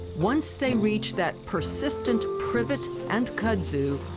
once they reach that persistent privet and kudzu,